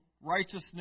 righteousness